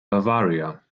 bavaria